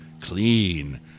clean